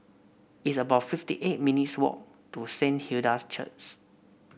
it's about fifty eight minutes' walk to Saint Hilda's Church